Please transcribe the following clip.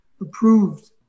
approved